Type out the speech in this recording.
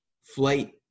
flight